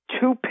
two